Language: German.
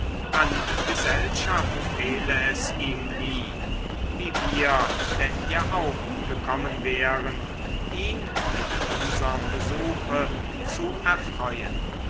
an gesellschaft fehle es ihm nie wie wir denn ja auch gekommen wären ihn mit unserm besuche zu erfreuen